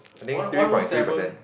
one one O seven